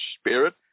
Spirit